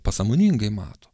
pasąmoningai mato